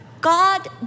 God